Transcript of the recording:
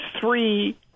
three